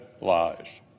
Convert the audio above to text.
lies